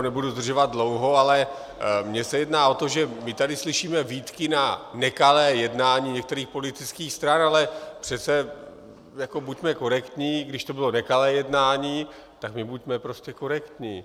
Nebudu zdržovat dlouho, ale mně se jedná o to, že my tady slyšíme výtky na nekalé jednání některých politických stran, ale přece, buďme korektní, i když to bylo nekalé jednání, tak my buďme prostě korektní.